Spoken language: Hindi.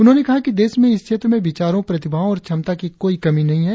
उन्होंने कहा कि देश में इस क्षेत्र में विचारों प्रतिभाओं और क्षमता की कोई कमी नहीं है